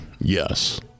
yes